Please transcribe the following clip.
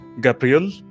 gabriel